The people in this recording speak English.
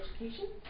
education